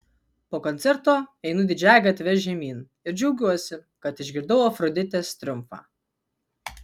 po koncerto einu didžiąja gatve žemyn ir džiaugiuosi kad išgirdau afroditės triumfą